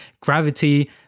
gravity